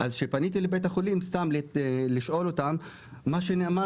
אז שפניתי לבית החולים סתם לשאול אותם - מה שנאמר